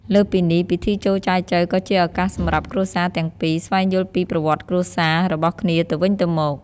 លើសពីនេះ ពិធីចូលចែចូវក៏ជាឱកាសសម្រាប់គ្រួសារទាំងពីរ ស្វែងយល់ពីប្រវត្តិគ្រួសារ របស់គ្នាទៅវិញទៅមក។